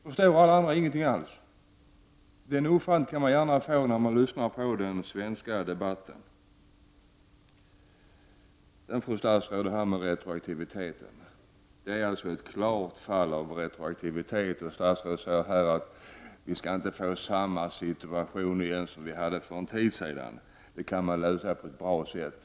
Förstår alla andra ingenting alls? Den uppfattningen får man när man lyssnar på den svenska debatten. Låt mig gå över till frågan om retroaktiviteten, fru statsråd. Statsrådet säger att inte samma situation skall uppstå som vi hade för en tid sedan, då det förelåg ett klart fall av retroaktivitet. Men det problemet går att lösa på ett bra sätt.